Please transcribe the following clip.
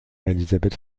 elizabeth